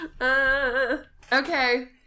Okay